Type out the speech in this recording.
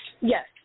yes